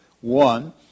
one